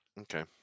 Okay